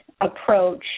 approach